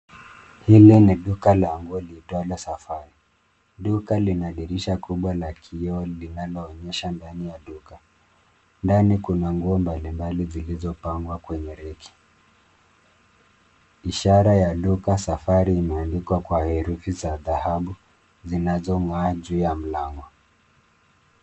Hili ni duka la nguo liitwalo Safari. Duka lina dirisha kubwa la kioo linaloonyesha ndani ya duka. Ndani kuna nguo mbalimbali zilizopangwa kwenye reki . Ishara ya duka Safari imeandikwa kwa herufi za dhahabu zinazo ng'aa juu ya mlango.